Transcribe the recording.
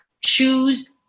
Choose